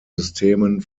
systemen